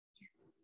yes